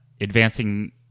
advancing